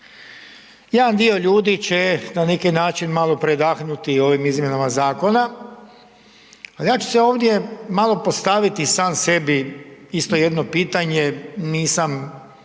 Jedan dio ljudi će na neki način predahnuti ovim izmjenama zakona, ali ja ću si ovdje malo postaviti sam sebi isto jedno pitanje, nisam